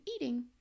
eating